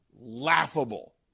laughable